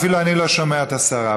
אפילו אני לא שומע את השרה.